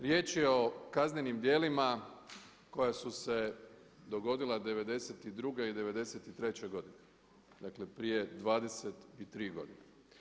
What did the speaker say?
Riječ je o kaznenim djelima koja su se dogodila 92. i 93. godine, dakle prije 23 godine.